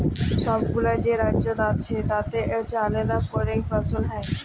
ছবগুলা যে রাজ্য আছে তাতে আলেদা ক্যরে ফসল হ্যয়